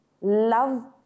Love